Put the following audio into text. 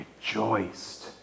rejoiced